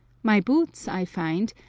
my boots, i find,